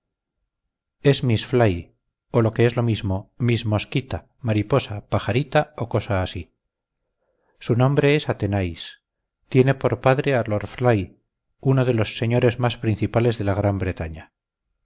es miss fly o lo que es lo mismo miss mosquita mariposa pajarita o cosa así su nombre es athenais tiene por padre a lord fly uno de los señores más principales de la gran bretaña